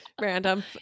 random